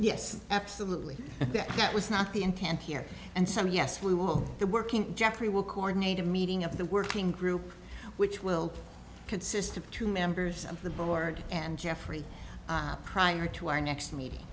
yes absolutely that was not the intent here and some yes we will be working jeffrey will coordinate a meeting of the working group which will consist of two members of the board and geoffrey prior to our next meeting